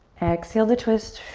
exhale to twist.